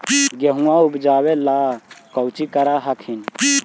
गेहुमा जायदे उपजाबे ला कौची कर हखिन?